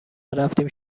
رفتیم